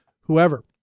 whoever